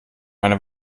eine